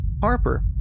harper